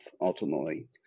ultimately